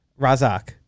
Razak